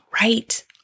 right